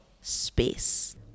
space